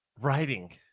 Writing